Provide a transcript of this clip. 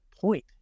point